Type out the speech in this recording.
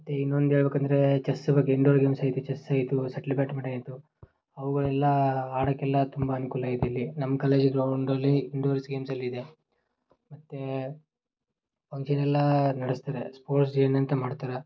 ಮತ್ತು ಇನ್ನೊಂದು ಹೇಳ್ಬೇಕಂದ್ರೆ ಚೆಸ್ ಬಗ್ಗೆ ಇಂಡೋರ್ ಗೇಮ್ಸಾಯಿತು ಚೆಸ್ಸಾಯಿತು ಶೆಟ್ಲ್ ಬಾಟ್ಮೆಂಟಾಯಿತು ಅವುವೆಲ್ಲ ಆಡೋಕ್ಕೆಲ್ಲ ತುಂಬ ಅನುಕೂಲ ಇದೆ ಅಲ್ಲಿ ನಮ್ಮ ಕಾಲೇಜ್ ಗ್ರೌಂಡಲ್ಲಿ ಇಂಡೋರ್ಸ್ ಗೇಮ್ಸಲ್ಲಿದೆ ಮತ್ತು ಫಂಕ್ಷನೆಲ್ಲ ನಡೆಸ್ತಾರೆ ಸ್ಪೋರ್ಟ್ಸ್ ಡೇ ಏನಂತ ಮಾಡ್ತಾರೆ